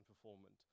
performance